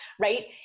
right